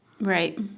right